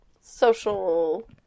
social